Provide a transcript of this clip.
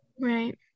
right